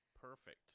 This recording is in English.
perfect